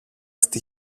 στη